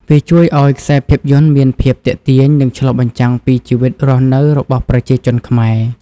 វាជួយឲ្យខ្សែភាពយន្តមានភាពទាក់ទាញ និងឆ្លុះបញ្ចាំងពីជីវិតរស់នៅរបស់ប្រជាជនខ្មែរ។